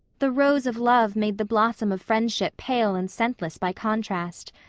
the rose of love made the blossom of friendship pale and scentless by contrast.